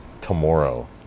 tomorrow